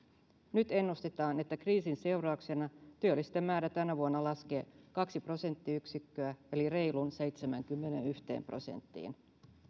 nyt ennustetaan että kriisin seurauksena työllisten määrä tänä vuonna laskee kaksi prosenttiyksikköä eli reiluun seitsemäänkymmeneenyhteen prosenttiin